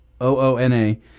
O-O-N-A